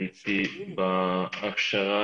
טסתי ובאתי לארץ,